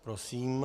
Prosím.